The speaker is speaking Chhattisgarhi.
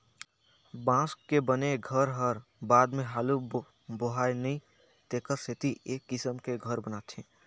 बांस के बने घर हर बाद मे हालू बोहाय नई तेखर सेथी ए किसम के घर बनाथे